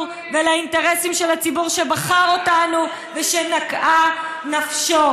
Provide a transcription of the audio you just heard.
ולאינטרסים של הציבור שבחר בנו ושנקעה נפשו.